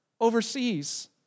overseas